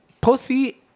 pussy